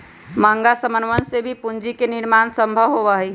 महंगा समनवन से भी पूंजी के निर्माण सम्भव होबा हई